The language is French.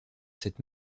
cette